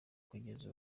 kugeza